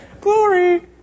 Glory